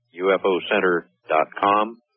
ufocenter.com